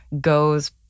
goes